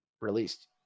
released